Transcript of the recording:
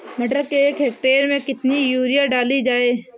मटर के एक हेक्टेयर में कितनी यूरिया डाली जाए?